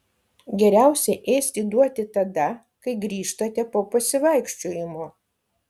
geriausia ėsti duoti tada kai grįžtate po pasivaikščiojimo